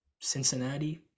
Cincinnati